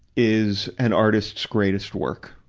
is an artist's greatest work,